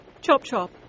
chop-chop